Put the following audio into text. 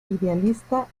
idealista